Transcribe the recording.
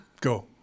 Go